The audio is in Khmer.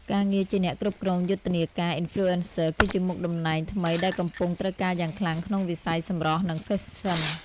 ការងារជាអ្នកគ្រប់គ្រងយុទ្ធនាការអ៊ីនហ្វ្លូអិនស័រគឺជាមុខតំណែងថ្មីដែលកំពុងត្រូវការយ៉ាងខ្លាំងក្នុងវិស័យសម្រស់ និងហ្វេសិន។